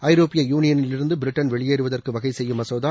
ஐரோப்பிய யூனியனிலிருந்து பிரிட்டன் வெளியேறுவதற்கு வகைசெய்யும் மசோதா